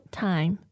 time